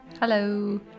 Hello